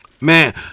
Man